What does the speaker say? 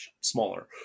smaller